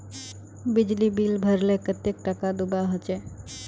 बिजली बिल भरले कतेक टाका दूबा होचे?